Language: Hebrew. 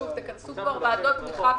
תכנסו כבר ועדות תמיכה.